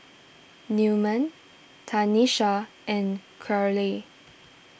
Newman Tanisha and Karyl